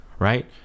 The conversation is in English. Right